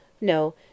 No